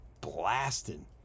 blasting